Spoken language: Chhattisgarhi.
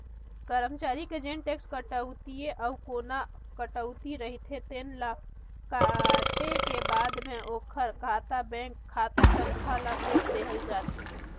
करमचारी के जेन टेक्स कटउतीए अउ कोना कटउती रहिथे तेन ल काटे के बाद म ओखर खाता बेंक खाता तनखा ल भेज देहल जाथे